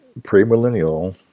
premillennial